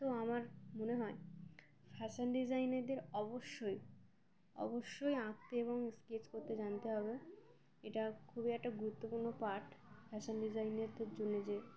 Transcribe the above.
তো আমার মনে হয় ফ্যাশান ডিজাইনেরারদের অবশ্যই অবশ্যই আঁকতে এবং স্কেচ করতে জানতে হবে এটা খুবই একটা গুরুত্বপূর্ণ পার্ট ফ্যাশান ডিজাইনেরারদের জন্য যে